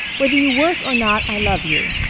whether you work or not i love you.